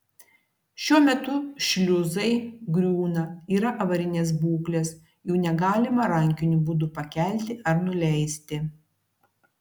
šiuo metu šliuzai griūna yra avarinės būklės jų negalima rankiniu būdu pakelti ar nuleisti